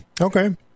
Okay